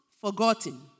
forgotten